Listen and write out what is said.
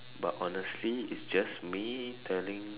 but honestly it's just me telling